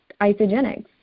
IsoGenics